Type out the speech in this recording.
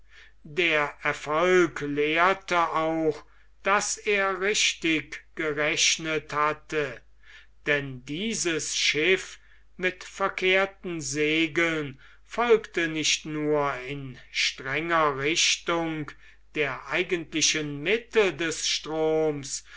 der erfolg lehrte auch daß er richtig gerechnet hatte denn dieses schiff mit verkehrten segeln folgte nicht nur in strenger richtung der eigentlichen mitte des stroms